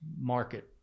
market